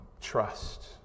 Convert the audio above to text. trust